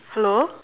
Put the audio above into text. hello